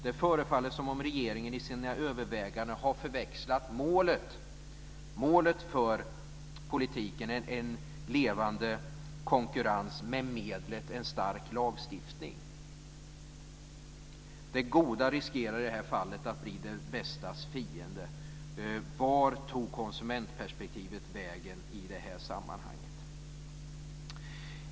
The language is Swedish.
Det förefaller som om regeringen i sina överväganden har förväxlat målet för politiken - en levande konkurrens - med medlet - en stark lagstiftning. Det goda riskerar i det här fallet att bli det bästas fiende. Vart tog konsumentperspektivet vägen i det här sammanhanget?